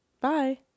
Bye